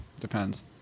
Depends